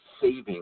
saving